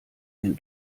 den